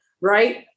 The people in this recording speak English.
Right